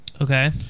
Okay